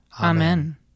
Amen